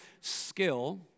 skill